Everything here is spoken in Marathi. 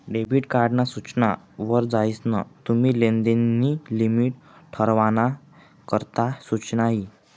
डेबिट कार्ड ना सूचना वर जायीसन तुम्ही लेनदेन नी लिमिट ठरावाना करता सुचना यी